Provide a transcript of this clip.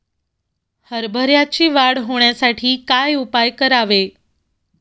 हरभऱ्याची वाढ होण्यासाठी काय उपाय करावे?